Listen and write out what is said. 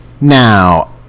now